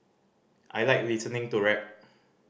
I like listening to rap